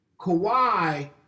Kawhi